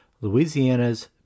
Louisiana's